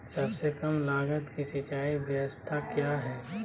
सबसे कम लगत की सिंचाई ब्यास्ता क्या है?